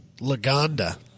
Lagonda